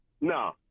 No